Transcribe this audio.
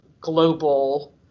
global